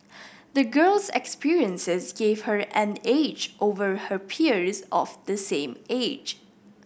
the girl's experiences gave her an edge over her peers of the same age